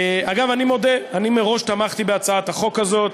אגב, אני מודה, אני מראש תמכתי בהצעת החוק הזאת,